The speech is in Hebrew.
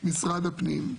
משרד הפנים,